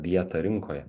vietą rinkoje